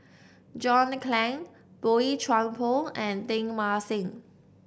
John Clang Boey Chuan Poh and Teng Mah Seng